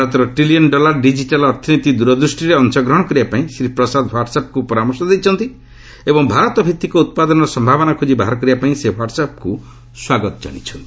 ଭାରତର trillion dollar digital ଅର୍ଥନୀତି ଦୂରଦୃଷ୍ଟିରେ ଅଂଶଗ୍ରହଣ କରିବା ପାଇଁ ଶ୍ରୀ ପ୍ରସାଦ ହ୍ୱାଟ୍ୱଆପ୍କୁ ପରାମର୍ଶ ଦେଇଛନ୍ତି ଏବଂ ଭାରତ ଭିଭିକ ଉତ୍ପାଦର ସମ୍ଭାବନା ଖୋଜି ବାହାର କରିବା ପାଇଁ ସେ ହ୍ୱାଟ୍ୱଆପ୍କୁ ସ୍ୱାଗତ ଜଣାଇଛନ୍ତି